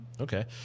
Okay